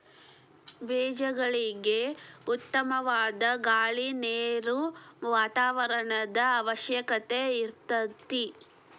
ಬೇಜಗಳಿಗೆ ಉತ್ತಮವಾದ ಗಾಳಿ ನೇರು ವಾತಾವರಣದ ಅವಶ್ಯಕತೆ ಇರತತಿ